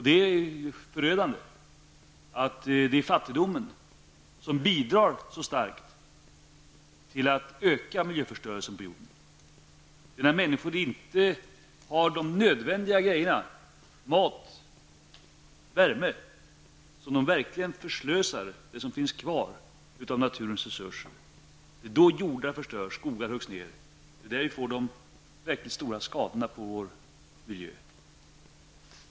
Det är förödande att det är fattigdomen som så starkt bidrar till en ökad miljöförstörelse på jorden. När människor inte har det allra nödvändigaste, t.ex. mat och värme -- förslösar dde det ville som finns kvar av naturenI och med att de sista jordarna förstörs och skogarna huggs ned får vi de verkligt stora skadorna på miljön.